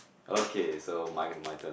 okay so my my turn